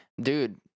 dude